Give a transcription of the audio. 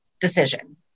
decision